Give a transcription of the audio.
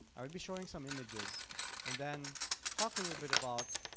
i will be showing some images and then talk a little bit about